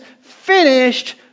finished